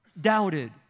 doubted